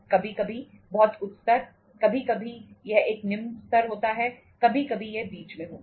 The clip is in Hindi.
कभी कभी बहुत उच्च स्तर कभी कभी यह एक निम्न स्तर होता है कभी कभी यह बीच में होता है